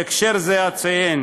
בהקשר זה אציין